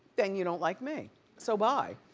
then you don't like me so bye.